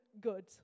good